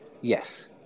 Yes